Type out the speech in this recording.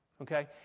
Okay